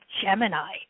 Gemini